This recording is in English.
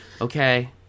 okay